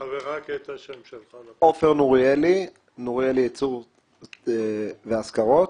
אני מחברת "נוריאלי ייצור והשכרות".